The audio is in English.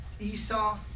Esau